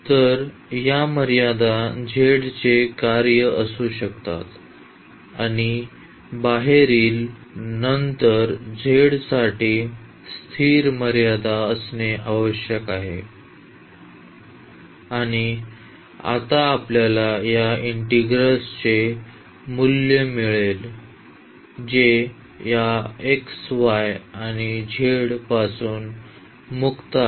तर या मर्यादा z चे कार्य असू शकतात आणि बाहेरील नंतर z साठी स्थिर मर्यादा असणे आवश्यक आहे आणि आता आपल्याला या इंटिग्रल्स चे मूल्य मिळेल जे या x y आणि z पासून मुक्त आहे